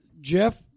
Jeff